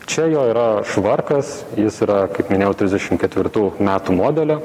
čia jo yra švarkas jis yra kaip minėjau trisdešim ketvirtų metų modelio